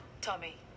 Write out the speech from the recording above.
Tommy